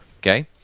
Okay